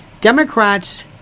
Democrats